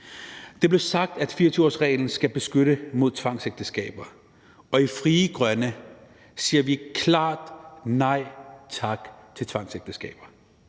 Det blev sagt, at 24-årsreglen skal beskytte mod tvangsægteskaber, og i Frie Grønne siger vi klart nej tak til tvangsægteskaber.